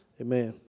Amen